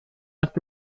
kannst